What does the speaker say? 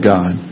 God